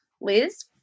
Liz